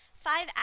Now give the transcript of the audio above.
Five